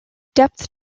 depth